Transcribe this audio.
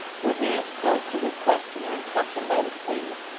to advance close to his questioner and pluck him by the sleeve,